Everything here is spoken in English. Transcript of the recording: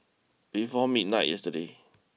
before midnight yesterday